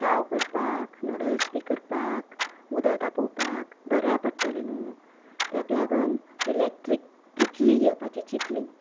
चाव करपाक नुडल्स बी करपाक उदक तापोवपाक बऱ्याक पडटलें न्हूं तेक लागोन इलेक्ट्रीक किटली घेवपाची चिंतली